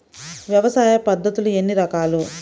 వ్యవసాయ పద్ధతులు ఎన్ని రకాలు?